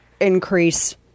increase